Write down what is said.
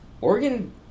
Oregon